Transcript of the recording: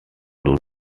blood